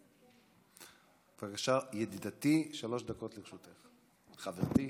בבקשה, ידידתי, שלוש דקות לרשותך, חברתי.